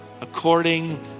according